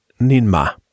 Ninma